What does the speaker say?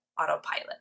autopilot